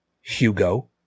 Hugo